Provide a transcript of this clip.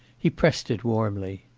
he pressed it warmly.